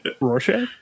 Rorschach